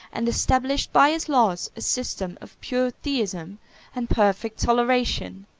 and established by his laws a system of pure theism and perfect toleration.